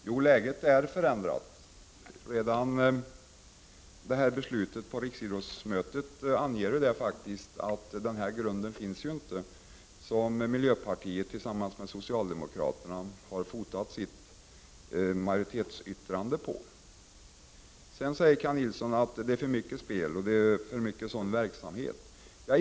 Fru talman! Jo, läget är förändrat. Redan beslutet på riksidrottsmötet anger faktiskt att den grund som miljö partiet tillsammans med socialdemokraterna har fotat sitt majoritetsyttrande på inte finns. Kaj Nilsson säger att det är för mycket spelverksamhet.